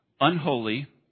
unholy